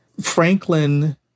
Franklin